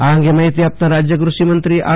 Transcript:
આ અંગે માહિતી આપતા રાજ્ય કૃષિમંત્રી આર